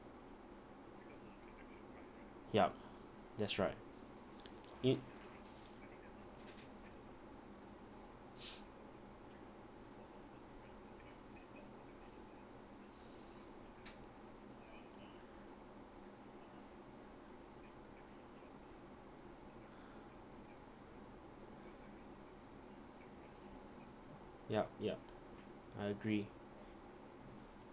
yup that's right it~ yup yup I agree